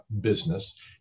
business